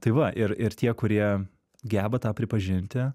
tai va ir ir tie kurie geba tą pripažinti